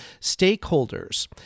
stakeholders